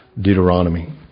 Deuteronomy